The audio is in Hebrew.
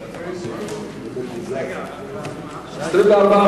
סעיפים 1 4 נתקבלו.